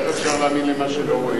ואיך, נכון.